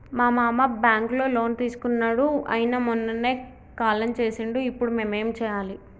మా మామ బ్యాంక్ లో లోన్ తీసుకున్నడు అయిన మొన్ననే కాలం చేసిండు ఇప్పుడు మేం ఏం చేయాలి?